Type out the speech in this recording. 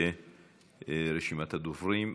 אנחנו עוברים לרשימת הדוברים.